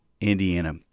Indiana